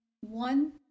one